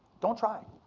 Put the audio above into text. don't try.